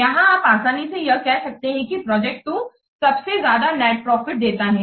यहां आप आसानी से कह सकते हैं कि प्रोजेक्ट 2 सबसे ज्यादा नेट प्रॉफिट देता है